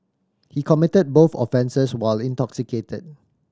he committed both offences while intoxicated